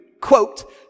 Quote